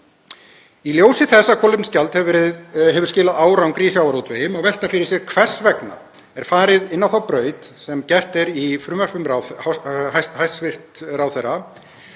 Í ljósi þess að kolefnisgjald hefur skilað árangri í sjávarútvegi má velta fyrir sér hvers vegna er farið inn á þá braut sem gert er í frumvörpum hæstv. ráðherra,